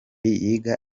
yiga